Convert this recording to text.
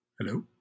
Hello